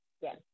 Yes